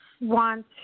want